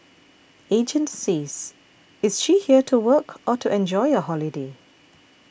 agent says is she here to work or to enjoy a holiday